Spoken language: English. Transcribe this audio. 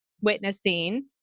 witnessing